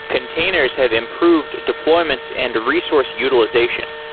containers have improved deployments and resource utilization.